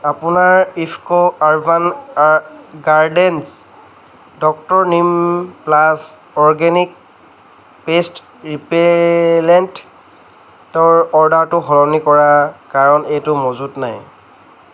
আপোনাৰ IFFCO urban gardens doctor neem plus organic pest ৰিপেলেণ্টৰ অৰ্ডাৰটো সলনি কৰা কাৰণ এইটো মজুত নাই